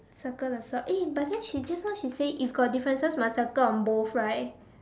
circle the saw eh but then just now she said if got differences must circle on both right